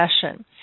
session